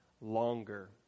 longer